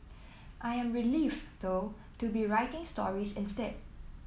I am relieved though to be writing stories instead